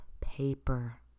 paper